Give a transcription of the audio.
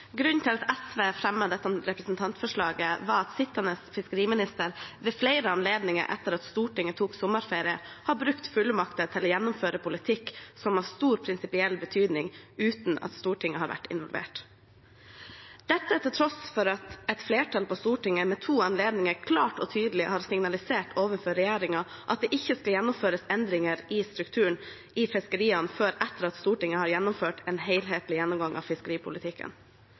Grunnen til at SV fremmet dette representantforslaget, var at sittende fiskeriminister ved flere anledninger etter at Stortinget tok sommerferie, har brukt fullmakter til å gjennomføre politikk som er av stor prinsipiell betydning, uten at Stortinget har vært involvert – dette til tross for at et flertall på Stortinget ved to anledninger klart og tydelig har signalisert overfor regjeringen at det ikke skal gjennomføres endringer i strukturen i fiskeriene før etter at Stortinget har gjennomført en helhetlig gjennomgang av fiskeripolitikken.